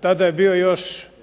tada je bio još